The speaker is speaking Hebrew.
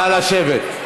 נא לשבת.